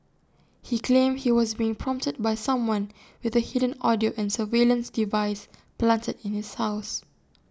he claimed he was being prompted by someone with A hidden audio and surveillance device planted in his house